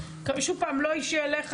לא אישי אליך.